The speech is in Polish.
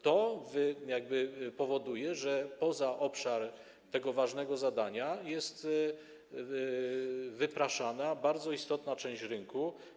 To powoduje, że poza obszar tego ważnego zadania jest wypraszana bardzo istotna część rynku.